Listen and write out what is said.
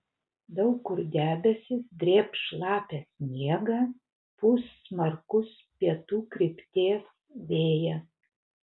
daug kur debesys drėbs šlapią sniegą pūs smarkus pietų krypties vėjas